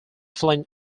flint